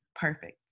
perfect